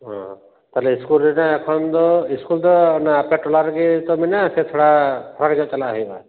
ᱚ ᱛᱟᱦᱚᱞᱮ ᱤᱥᱠᱩᱞ ᱨᱮᱫᱚ ᱮᱠᱷᱚᱱ ᱫᱚ ᱤᱥᱠᱩᱞ ᱫᱚ ᱚᱱᱟ ᱟᱯᱮ ᱴᱚᱞᱟ ᱨᱮᱜᱮ ᱛᱳ ᱢᱮᱱᱟᱜᱼᱟ ᱥᱮ ᱛᱷᱚᱲᱟ ᱯᱷᱟᱨᱟᱠ ᱧᱚᱜ ᱪᱟᱞᱟᱜ ᱦᱩᱭᱩᱜᱼᱟ